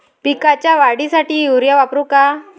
पिकाच्या वाढीसाठी युरिया वापरू का?